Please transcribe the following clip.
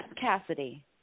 Cassidy